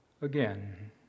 again